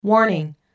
Warning